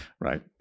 right